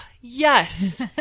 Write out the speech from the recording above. yes